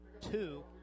two